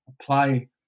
apply